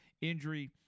injury